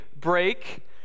break